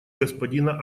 господина